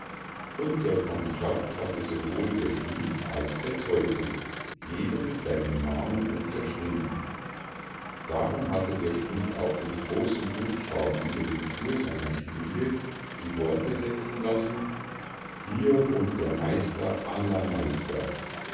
und den contract hatte sowohl der schmied als der teufel jeder mit seinem namen unterschrieben darum hatte der schmied auch mit großen buchstaben über die thür seiner schmiede die worte setzen lassen hier wohnt der meister aller meister